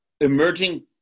Emerging